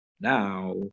Now